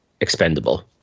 expendable